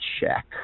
check